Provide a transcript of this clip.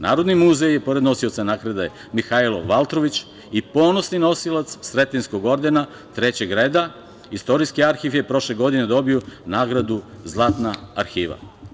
Narodni muzej, pored nosioca nagrade "Mihailo Valtrović" i ponosni nosilac Sretenjskog ordena III reda, Istorijski arhiv je prošle godine dobio nagradu "Zlatna arhiva"